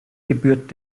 gebührt